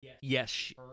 yes